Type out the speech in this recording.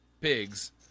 pigs